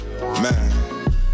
Man